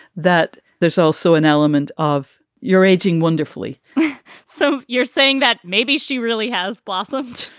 that there's also an element of your aging wonderfully so you're saying that maybe she really has blossomed?